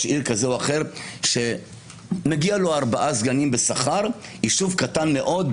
עיר כזה או אחר שמגיעים לו ארבעה סגנים בשכר ביישוב קטן מאוד,